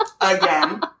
Again